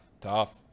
Tough